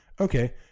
Okay